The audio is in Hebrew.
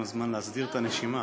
צריך גם זמן להסדיר את הנשימה.